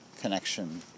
connection